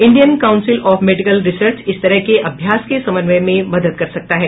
Indian council of medical research इस तरह के अभ्यास के समन्वय में मदद कर सकता है